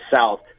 South